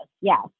yes